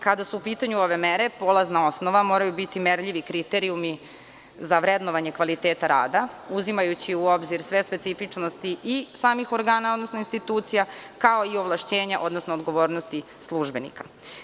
Kada su u pitanju ove mere, polazna osnova moraju biti merljivi kriterijumi za vrednovanje kvaliteta rada, uzimajući u obzir sve specifičnosti i samih organa, odnosno institucija, kao i ovlašćenja, odnosno odgovornosti službenika.